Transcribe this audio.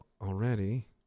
Already